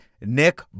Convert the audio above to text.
Nick